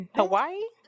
Hawaii